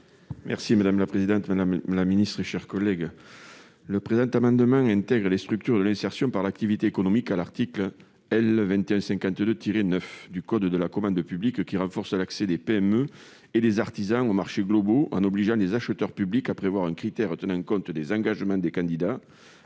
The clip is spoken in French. est ainsi libellé : La parole est à M. Henri Cabanel. Cet amendement vise à intégrer les structures de l'insertion par l'activité économique à l'article L. 2152-9 du code de la commande publique, qui renforce l'accès des PME et des artisans aux marchés globaux en obligeant les acheteurs publics à prévoir un critère tenant compte des engagements des candidats